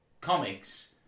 comics